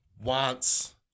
wants